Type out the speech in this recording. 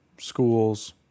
schools